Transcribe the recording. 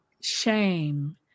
shame